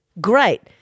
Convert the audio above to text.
Great